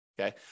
okay